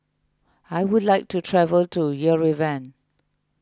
I would like to travel to Yerevan